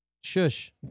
Shush